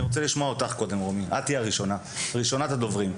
ראשונת הדוברים.